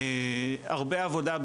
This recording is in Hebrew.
הרבה עבודה,